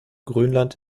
grönland